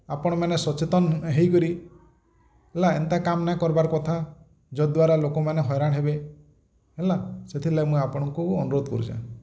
ଆପଣ ମାନେ ସଚେତନ୍ ହେଇକରି ହେଲା ଏନ୍ତା କାମ୍ ନେଇଁ କର୍ବାର୍ କଥା ଯ ଦ୍ୱାରା ଲୋକ ମାନେ ହଇରାଣ ହେଲା ସେଥିର୍ ଲାଗି ମୁଇଁ ଆପଣଙ୍କୁ ଅନୁରୋଧ କରୁଛେଁ